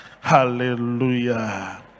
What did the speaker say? Hallelujah